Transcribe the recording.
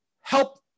help